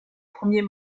premier